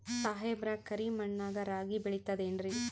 ಸಾಹೇಬ್ರ, ಕರಿ ಮಣ್ ನಾಗ ರಾಗಿ ಬೆಳಿತದೇನ್ರಿ?